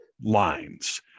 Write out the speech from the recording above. lines